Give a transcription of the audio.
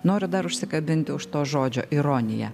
noriu dar užsikabinti už to žodžio ironija